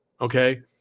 okay